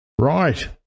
Right